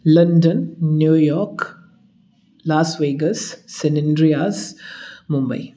London New York Las Vegas san andreas Mumbai